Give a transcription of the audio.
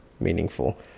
meaningful